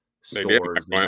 stores